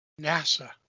NASA